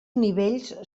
nivells